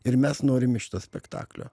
ir mes norime šito spektaklio